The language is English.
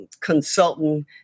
consultant